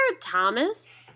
Thomas